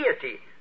deity